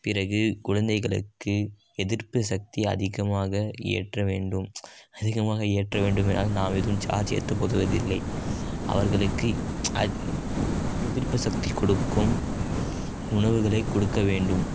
பிறகு குழந்தைகளுக்கு எதிர்ப்பு சக்தியை அதிகமாக ஏற்ற வேண்டும் அதிகமாக ஏற்ற வேண்டும் என்றால் நாம் ஏதும் சார்ஜி ஏற்ற போவதில்லை அவர்களுக்கு எதிர்ப்பு சக்தி கொடுக்கும் உணவுகளை கொடுக்க வேண்டும்